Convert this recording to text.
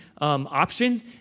option